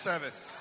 Service